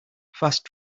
fast